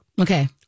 Okay